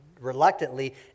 reluctantly